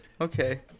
Okay